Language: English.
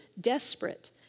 desperate